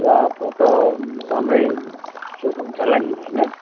र फोटो राम्रै सुट हुन्छ होला नि होइन